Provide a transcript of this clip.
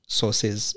sources